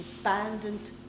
abandoned